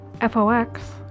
F-O-X